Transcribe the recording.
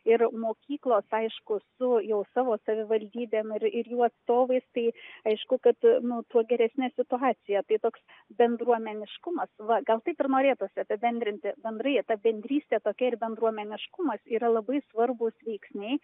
ir mokyklos aiškuir su jau savo savivaldybėm ir jų atstovais tai aišku kad nu tuo geresnė situacija tai toks bendruomeniškumas va gal taip ir norėtųsi apibendrinti bendrai ta bendrystė tokia ir bendruomeniškumas yra labai svarbūs veiksniai